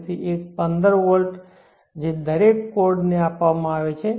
તેથી તે 15 વોલ્ટ જે દરેક કોર્ડ ને આપવામાં આવે છે